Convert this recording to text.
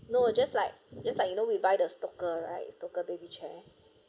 no just like just like you know we buy the stokke right stokke baby chair